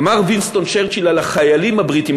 אמר וינסטון צ'רצ'יל על החיילים הבריטים,